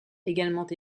également